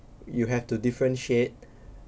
you have to differentiate